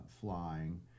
flying